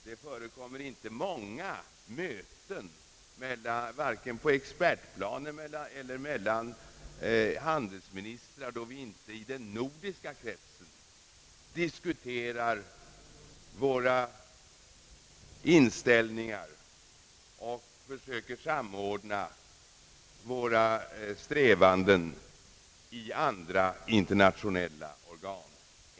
Det förekommer inte många möten — vare sig på expertplanet eller mellan handelsministrar — då vi inte i den nordiska kretsen diskuterar våra inställningar och försöker samordna våra strävanden i andra internationella organ.